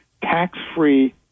tax-free